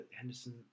Henderson